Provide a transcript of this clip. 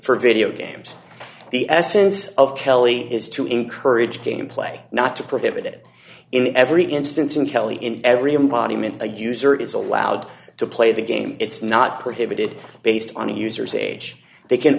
for video games the essence of kelly is to encourage game play not to prohibit it in every instance and kelly in every embodiment the user is allowed to play the game it's not prohibited based on a user's age they can